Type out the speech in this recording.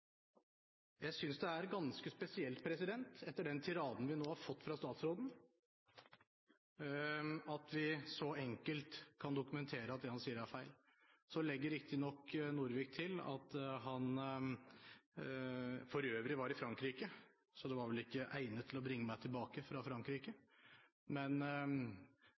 Jeg synes det er ganske spesielt, etter den tiraden vi nå har fått fra statsråden, at vi så enkelt kan dokumentere at det han sier, er feil. Så legger riktignok Norvik til at han for øvrig var i Frankrike, og at «det var vel ikke egnet å bringe meg tilbake fra Frankrike». Men